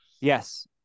Yes